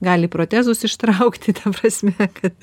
gali protezus ištraukti ta prasme kad